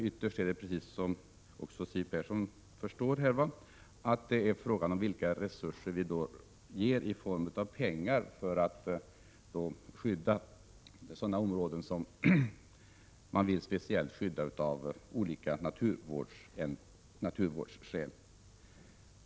Ytterst är det, precis som även Siw Persson förstår, fråga om vilka resurser vi ger i form av pengar för att skydda sådana områden som man speciellt vill värna om av naturvårdsskäl.